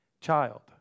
child